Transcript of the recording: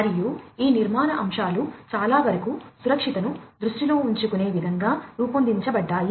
మరియు ఈ నిర్మాణ అంశాలు చాలావరకు సురక్షితను దృష్టిలో ఉంచుకునే విధంగా రూపొందించబడ్డాయి